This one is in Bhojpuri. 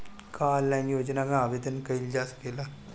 का ऑनलाइन योजना में आवेदन कईल जा सकेला?